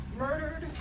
Murdered